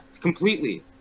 completely